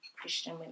Christian